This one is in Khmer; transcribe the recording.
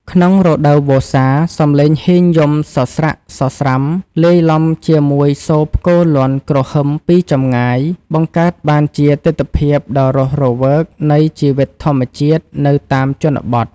ក្នុងរដូវវស្សា សំឡេងហ៊ីងយំសស្រាក់សស្រាំលាយឡំជាមួយសូរផ្គរលាន់គ្រហឹមពីចម្ងាយ បង្កើតបានជាទិដ្ឋភាពដ៏រស់រវើកនៃជីវិតធម្មជាតិនៅតាមជនបទ។